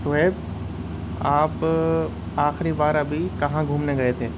شعیب آپ آخری بار ابھی کہاں گھومنے گئے تھے